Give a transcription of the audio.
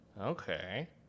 Okay